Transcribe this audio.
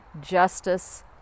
justice